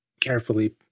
carefully